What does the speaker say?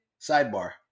Sidebar